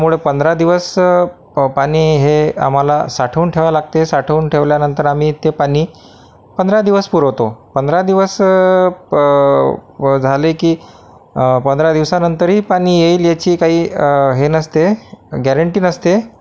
त्यामुळे पंधरा दिवस पाणी हे आम्हाला साठवून ठेवावं लागते साठवून ठेवल्यानंतर आम्ही ते पाणी पंधरा दिवस पुरवतो पंधरा दिवस प झाले की पंधरा दिवसानंतरही पाणी येईल याची काही हे नसते गॅरंटी नसते